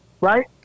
right